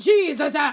Jesus